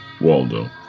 Waldo